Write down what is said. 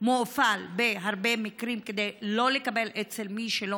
מואפל בהרבה מקרים כדי לא לקבל אצל מי שלא